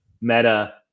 Meta